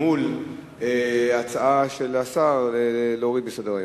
מול ההצעה של השר להוריד מסדר-היום.